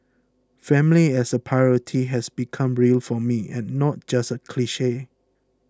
family as a priority has become real for me and not just a cliche